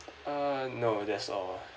err no that's all